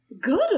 Good